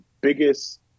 biggest –